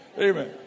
Amen